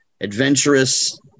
adventurous